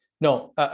no